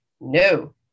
no